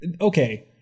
okay